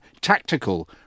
tactical